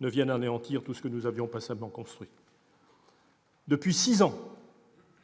ne vienne anéantir tout ce que nous avions patiemment construit. Depuis six ans,